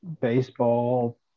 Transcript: baseball